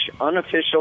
unofficial